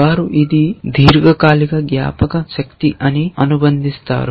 వారు ఇది దీర్ఘకాలిక జ్ఞాపకశక్తి అని అనుబంధిస్తారు